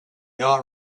are